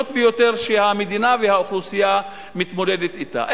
ביותר שהמדינה והאוכלוסייה מתמודדות אתה.